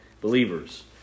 believers